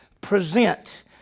Present